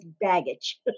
baggage